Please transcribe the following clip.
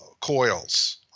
coils